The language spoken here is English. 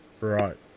Right